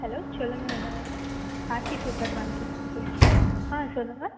hello சொல்லுங்கள் என்ன வேணும் கார்த்தி சூப்பர் மார்க்கெட்லேருந்து பேசுகிறோம் ஆ சொல்லுங்கள்